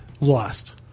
lost